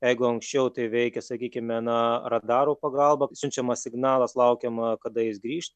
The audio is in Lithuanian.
jeigu anksčiau tai veikė sakykime na radaro pagalba siunčiamas signalas laukiama kada jis grįš